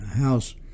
House